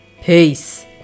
Peace